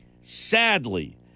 sadly